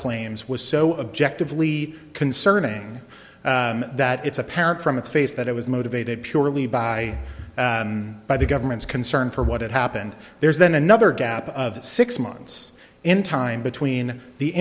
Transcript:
claims was so objective lee concerning that it's apparent from its face that it was motivated purely by by the government's concern for what had happened there's then another gap of six months in time between the